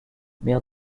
maire